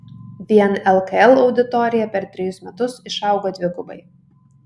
vien lkl auditorija per trejus metus išaugo dvigubai